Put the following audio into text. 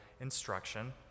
instruction